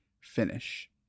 finish